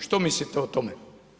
Što mislite o tome?